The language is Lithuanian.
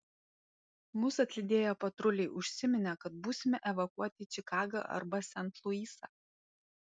mus atlydėję patruliai užsiminė kad būsime evakuoti į čikagą arba sent luisą